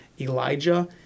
Elijah